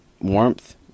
warmth